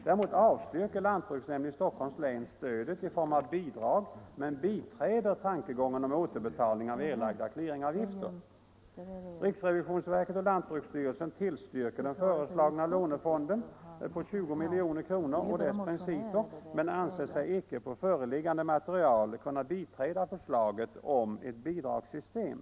Däremot avstyrker lantbruksnämnden i Stockholms län stödet i form av bidrag, men biträder tankegången om återbetalning av erlagda clearingavgifter. Riksrevisionsverket och lantbruksstyrelsen tillstyrker den föreslagna lånefonden på 20 milj.kr. och dess principer, men anser sig icke på föreliggande material kunna biträda förslaget om ett bidragssystem.